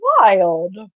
wild